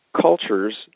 cultures